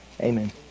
amen